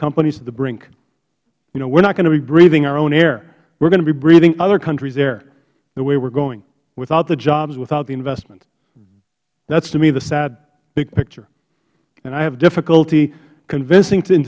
companies to the brink you know we are not going to be breathing our own air we are going to be breathing other countries air the way we are going without the jobs without the investment that is to me the sad big picture and i have difficulty convincing in